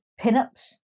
pinups